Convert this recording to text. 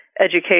education